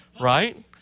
right